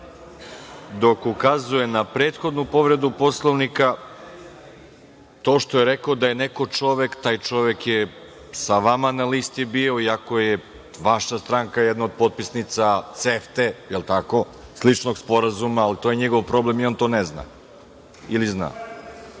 dok ukazuje na povredu Poslovnika. To što je neko čovek, taj čovek je sa vama na listi bio, iako je vaša stranka jedna od potpisnica CEFTE, sličnog sporazuma, ali to je njegov problem i on to ne zna, ili